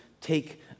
take